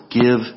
Give